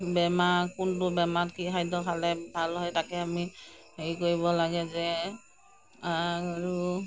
বেমাৰ কোনটো বেমাৰত কি খাদ্য খালে ভাল হয় তাকে আমি হেৰি কৰিব লাগে যে আৰু